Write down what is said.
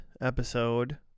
episode